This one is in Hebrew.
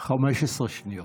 15 שניות.